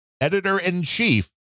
editor-in-chief